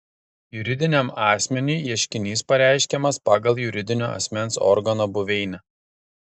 juridiniam asmeniui ieškinys pareiškiamas pagal juridinio asmens organo buveinę